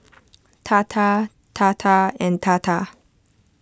Tata Tata and Tata